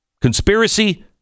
Conspiracy